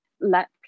let